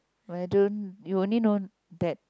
why don't you only know that